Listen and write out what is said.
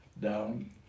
down